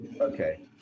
okay